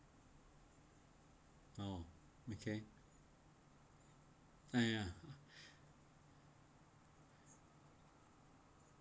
oh okay ah ya